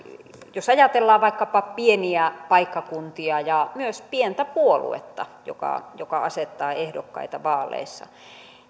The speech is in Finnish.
jos ajatellaan vaikkapa pieniä paikkakuntia ja myös pientä puoluetta joka joka asettaa ehdokkaita vaaleissa